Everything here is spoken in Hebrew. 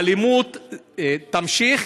האלימות תמשיך,